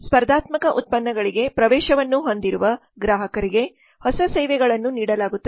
ಸ್ಪರ್ಧಾತ್ಮಕ ಉತ್ಪನ್ನಗಳಿಗೆ ಪ್ರವೇಶವನ್ನು ಹೊಂದಿರುವ ಗ್ರಾಹಕರಿಗೆ ಹೊಸ ಸೇವೆಗಳನ್ನು ನೀಡಲಾಗುತ್ತದೆ